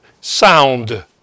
sound